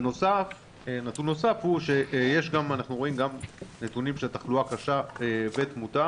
ונתון נוסף הוא שיש גם נתונים של תחלואה קשה ותמותה